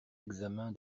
examen